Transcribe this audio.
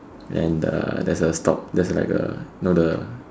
then the there's a stalk there's like a you know the